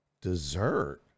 dessert